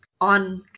on